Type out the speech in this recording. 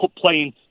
playing